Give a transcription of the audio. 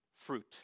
fruit